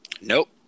Nope